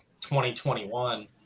2021